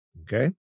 Okay